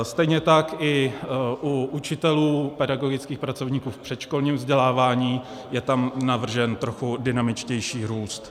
Stejně tak i u učitelů, pedagogických pracovníků v předškolním vzdělávání, je tam navržen trochu dynamičtější růst.